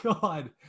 god